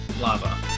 lava